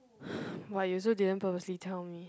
but you also didn't purposely tell me